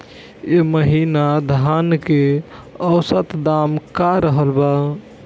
एह महीना धान के औसत दाम का रहल बा?